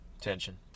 tension